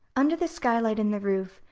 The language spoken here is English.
under the skylight in the roof,